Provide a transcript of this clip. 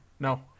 no